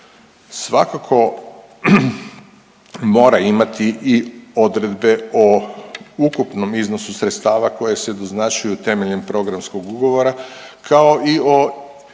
Svakako mora imati i odredbe o ukupnom iznosu sredstava koje se doznačuju temeljem programskog ugovora kao i o iznosima